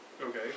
Okay